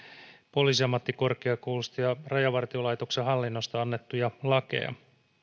poliisiammattikorkeakou lusta ja ja rajavartiolaitoksen hallinnosta annettuja lakeja